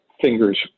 fingers